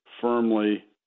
firmly